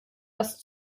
das